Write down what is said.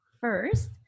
first